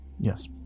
Yes